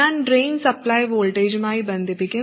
ഞാൻ drain supply വോൾട്ടേജുമായി ബന്ധിപ്പിക്കും